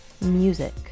Music